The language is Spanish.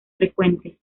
frecuentes